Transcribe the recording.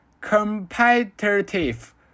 competitive